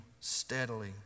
steadily